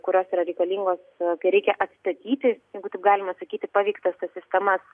kurios yra reikalingos kai reikia atstatyti jeigu taip galima sakyti paveiktas tas sistemas